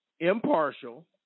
impartial